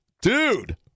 dude